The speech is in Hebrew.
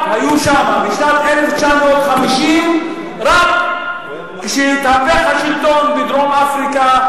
בשנת 1950. כשהתהפך השלטון בדרום-אפריקה,